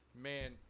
man